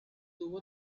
tuvo